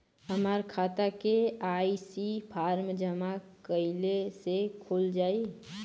हमार खाता KYC form जमा कइले से खुल जाई?